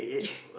yeah